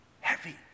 heavy